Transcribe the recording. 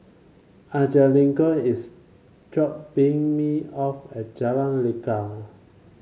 Angelique is dropping me off at Jalan Lekar